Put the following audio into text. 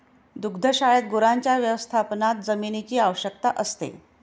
दुग्धशाळेत गुरांच्या व्यवस्थापनात जमिनीची आवश्यकता असते